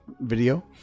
video